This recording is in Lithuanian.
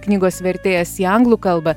knygos vertėjas į anglų kalbą